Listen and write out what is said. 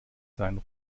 seinen